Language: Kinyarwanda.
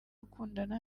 gukundana